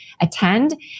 attend